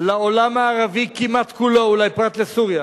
לעולם הערבי, כמעט כולו, אולי פרט לסוריה,